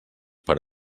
per